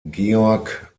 georg